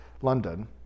London